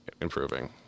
improving